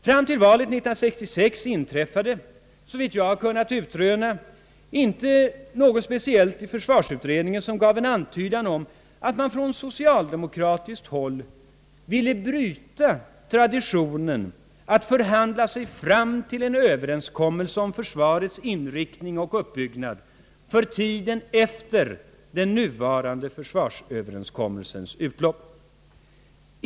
Fram till valet 1966 inträffade, såvitt jag har kunnat utröna, inte något speciellt i försvarsutredningen som gav en antydan om att man på socialdemokratiskt håll ville bryta traditionen att förhandla sig fram till en överenskommelse om försvarets inriktning och uppbyggnad för tiden efter den nu gällande försvarsöverenskommelsens utlopp.